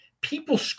People